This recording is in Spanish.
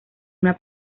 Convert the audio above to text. una